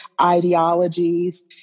ideologies